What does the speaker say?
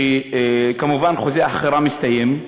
שכמובן חוזה החכירה מסתיים,